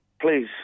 please